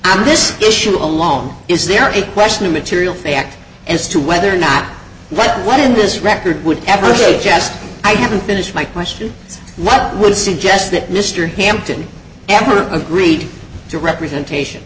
on this issue alone is there any question of material fact as to whether or not that what in this record would ever said yes i haven't finished my question what i would suggest that mr hampton ever agreed to representation